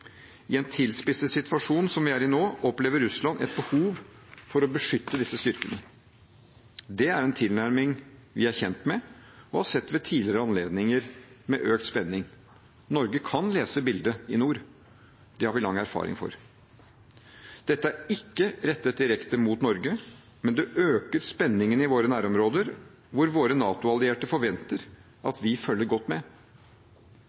I en tilspisset situasjon som vi er i nå, opplever Russland et behov for å beskytte disse styrkene. Det er en tilnærming vi er kjent med og har sett ved tidligere anledninger med økt spenning. Norge kan lese bildet i nord – det har vi lang erfaring med. Dette er ikke rettet direkte mot Norge, men det øker spenningen i våre nærområder, hvor våre NATO-allierte forventer at vi følger godt med.